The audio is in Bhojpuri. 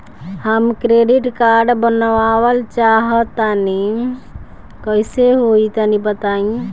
हम क्रेडिट कार्ड बनवावल चाह तनि कइसे होई तनि बताई?